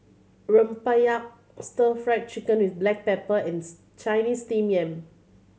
rempeyek Stir Fried Chicken with black pepper and Chinese Steamed Yam